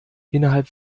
innerhalb